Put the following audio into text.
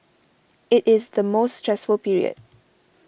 it is the most stressful period